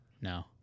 No